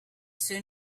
soon